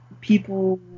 people